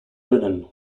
brennan